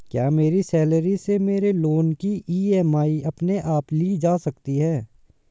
क्या मेरी सैलरी से मेरे लोंन की ई.एम.आई अपने आप ली जा सकती है?